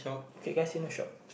okay can I see the shop